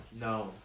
No